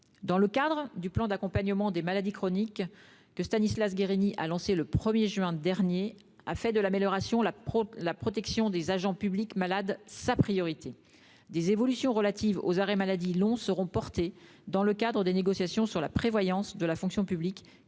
Dans le cadre du plan d'accompagnement des maladies chroniques qu'il a lancé le 1 juin dernier, le ministre Stanislas Guerini a fait de l'amélioration de la protection des agents publics malades sa priorité. Des évolutions relatives aux arrêts maladie longs seront présentées dans le cadre des négociations sur la prévoyance dans la fonction publique, qui doivent